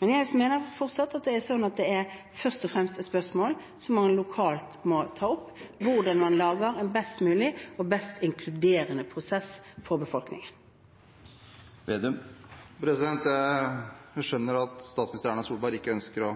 Jeg mener fortsatt at spørsmålet om hvordan man lager en best mulig og mest mulig inkluderende prosess for befolkningen først og fremst må tas opp lokalt. Jeg skjønner at statsminister Erna Solberg ikke ønsker å